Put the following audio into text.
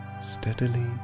steadily